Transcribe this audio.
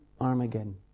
Armageddon